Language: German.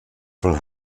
von